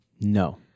No